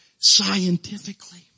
scientifically